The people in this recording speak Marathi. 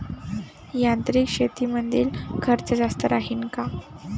यांत्रिक शेतीमंदील खर्च जास्त राहीन का?